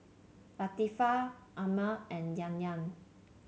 Latifa Ammir and Yahya